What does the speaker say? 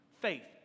Faith